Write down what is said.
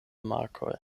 markoj